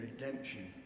redemption